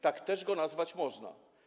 Tak też go nazwać można.